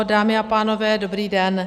Dámy a pánové, dobrý den.